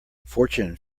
fortune